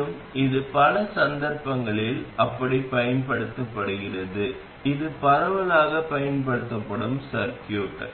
மேலும் இது பல சந்தர்ப்பங்களில் அப்படிப் பயன்படுத்தப்படுகிறது இது பரவலாகப் பயன்படுத்தப்படும் சர்கியூட்